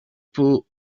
poètes